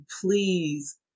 please